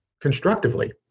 constructively